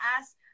ask